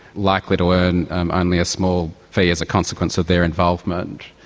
likely to earn only a small fee as a consequence of their involvement,